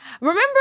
Remember